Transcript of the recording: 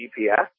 GPS